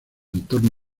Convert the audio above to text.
entorno